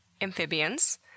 amphibians